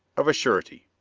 of a surety.